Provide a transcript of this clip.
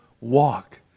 walk